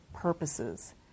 purposes